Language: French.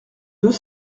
deux